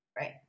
Right